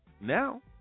Now